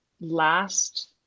last